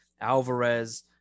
Alvarez